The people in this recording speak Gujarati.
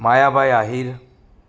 માયાભાઈ આહીર